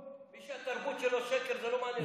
מי שהתרבות שלו שקר זה לא מעניין אותו.